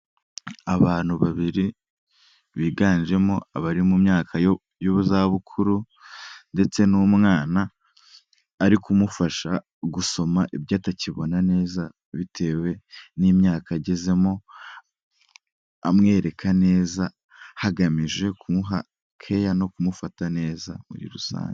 Abantu babiri biganjemo abari mu myaka y'izabukuru, ndetse n'umwana ari kumufasha gusoma ibyo atakibona neza bitewe n'imyaka agezemo, amwereka neza hagamijwe kumuha keya no kumufata neza muri rusange.